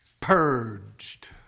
purged